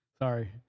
sorry